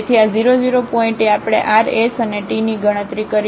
તેથી આ00પોઇન્ટએ આપણે r s અને t ની ગણતરી કરીશું